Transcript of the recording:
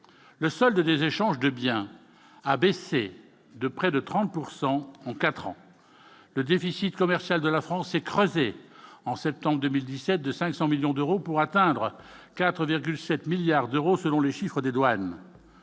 le solde des échanges de biens a baissé de près de 30 pourcent en 4 ans, le déficit commercial de la France s'est creusé en septembre 2017 de 500 millions d'euros pour atteindre 4,7 milliards d'euros, selon les chiffres des douanes